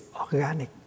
organic